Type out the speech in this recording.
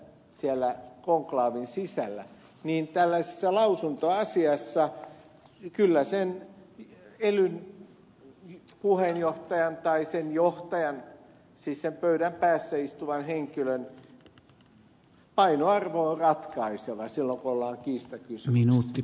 siellä konklaavin sisällä ollaan eri mieltä tällaisessa lausuntoasiassa niin kyllä sen elyn puheenjohtajan tai sen johtajan siis sen pöydän päässä istuvan henkilön painoarvo on ratkaiseva silloin kun ollaan kiistakysymyksissä